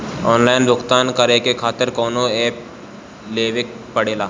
Online भुगतान करके के खातिर कौनो ऐप लेवेके पड़ेला?